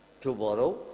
Tomorrow